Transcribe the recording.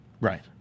Right